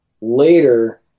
Later